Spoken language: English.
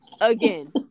again